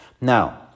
Now